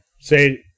Say